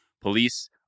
police